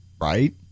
Right